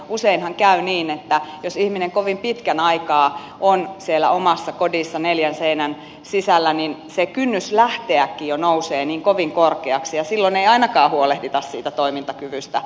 useinhan käy niin että jos ihminen kovin pitkän aikaa on siellä omassa kodissa neljän seinän sisällä niin se kynnys lähteäkin jo nousee niin kovin korkeaksi ja silloin ei ainakaan huolehdita siitä toimintakyvystä riittävällä tavalla